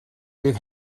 bydd